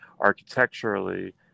architecturally